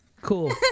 Cool